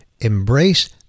embrace